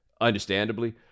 Understandably